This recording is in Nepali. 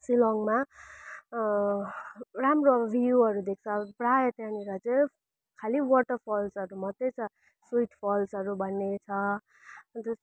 सिलङमा राम्रो अब भ्यूहरू देख्छ प्राय त्यहाँनिर चाहिँ खालि वाटरफल्सहरू मात्रै छ स्विट फल्सहरू भन्ने छ अन्त